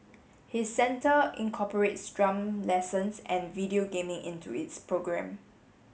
his centre incorporates drum lessons and video gaming into its programme